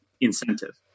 incentive